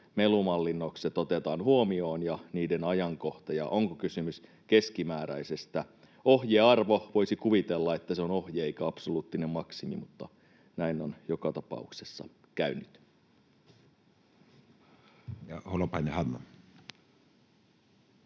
melumallinnukset ja niiden ajankohta ja se, onko kysymys keskimääräisestä. Ohjearvosta voisi kuvitella, että se on ohje eikä absoluuttinen maksimi, mutta näin on joka tapauksessa käynyt. [Speech